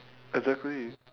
exactly